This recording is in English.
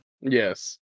yes